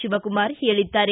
ಶಿವಕುಮಾರ್ ಹೇಳಿದ್ದಾರೆ